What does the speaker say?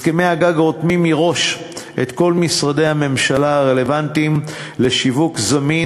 הסכמי הגג רותמים מראש את כל משרדי הממשלה הרלוונטיים לשיווק זמין,